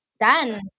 done